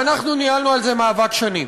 ואנחנו ניהלנו על זה מאבק שנים,